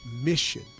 mission